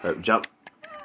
jump